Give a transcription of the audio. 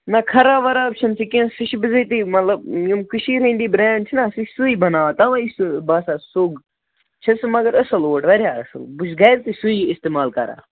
نَہ خراب وَراب چھُنہٕ سُہ کیٚنٛہہ سُہ چھِ بِزٲتی مطلب یِم کٔشیٖر ہِنٛدی برٛینٛڈ چھِنَہ سُہ چھِ سُے بَناوان تَوَے چھِ سُہ باسان سوٚگ چھِ سُہ مگر اَصٕل اوٹ واریاہ اَصٕل بہٕ چھُس گرِ تہِ سُے اِستعمال کَران